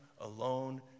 alone